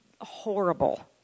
horrible